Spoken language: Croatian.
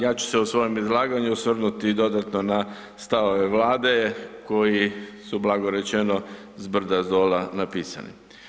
Ja ću se u svojem izlaganju osvrnuti dodatno na stavove Vlade koji su blago rečeno s brdo s dola napisani.